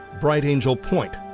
bright angel point,